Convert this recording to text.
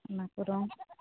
ᱚᱱᱟ ᱠᱚ ᱨᱚᱝ